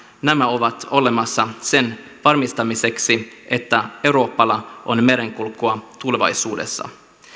nämä ovat olemassa sen varmistamiseksi että euroopalla on merenkulkua tulevaisuudessa